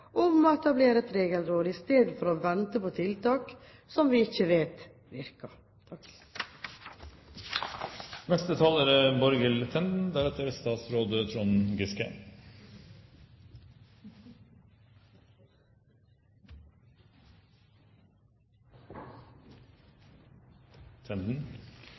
om å etablere et regelråd, istedenfor å vente på tiltak som vi ikke vet